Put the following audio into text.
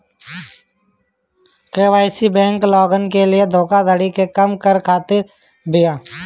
KYC bank लोगन के धोखाधड़ी के कम करे खातिर करत बिया